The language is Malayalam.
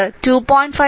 5 ആമ്പിയർ കറന്റാണ്